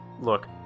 Look